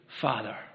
father